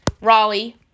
Raleigh